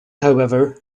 however